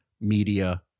media